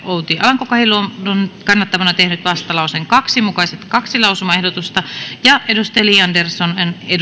outi alanko kahiluodon kannattamana tehnyt vastalauseen kaksi mukaiset kaksi lausumaehdotusta ja li andersson